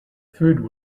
food